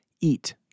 eat